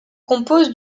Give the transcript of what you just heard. compose